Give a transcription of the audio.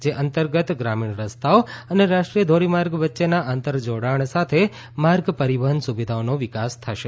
જે અંતર્ગત ગ્રામીણ રસ્તાઓ અને રાષ્ટ્રીય ધોરીમાર્ગ વચ્ચેના આંતર જોડાણ સાથે માર્ગ પરીવહન સુવિધાઓનો વિકાસ થશે